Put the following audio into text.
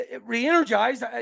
re-energized